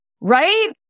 Right